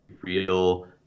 real